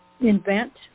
invent